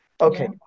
Okay